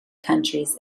countries